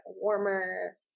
warmer